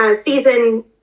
season